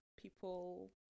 people